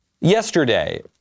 Yesterday